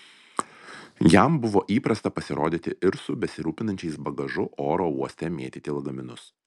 jam buvo įprasta pasirodyti ir su besirūpinančiais bagažu oro uoste mėtyti lagaminus